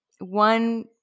one